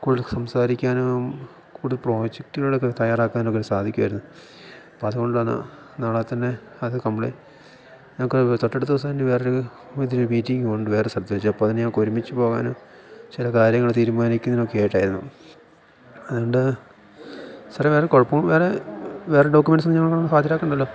കൂടെ സംസാരിക്കാനും കൂടെ പ്രോജക്റ്റുകളൊക്കെ തയ്യറാക്കാനൊക്കെ സാധിക്കുവായിരുന്നു അപ്പതുകൊണ്ടാണ് നാളെ തന്നെ അത് കംപ്ളേ ഞങ്ങക്ക് തൊട്ടടുത്ത ദിവസം തന്നെ വേറൊരു ഇതുപോലെതന്നെ മീറ്റിങ്ങുണ്ട് കൊണ്ട് വേറെ സ്ഥലത്ത് വെച്ച് അപ്പതിന് ഞങ്ങക്കൊരുമിച്ച് പോകാനും ചെല കാര്യങ്ങള് തീരുമാനിക്കുന്നതിനൊക്കെയായിട്ടായിരുന്നു അതുകൊണ്ട് സാറേ വേറെ കൊഴപ്പം വേറെ വേറെ ഡോക്യമെൻസൊന്നും ഞങ്ങള് ഹാജരാക്കേണ്ടല്ലോ